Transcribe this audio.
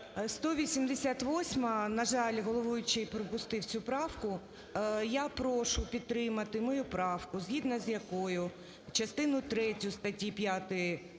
188-а, на жаль, головуючий пропустив цю правку. Я прошу підтримати мою правку, згідно з якою частину третю статті 5